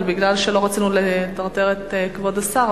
אבל משום שלא רצינו לטרטר את כבוד השר,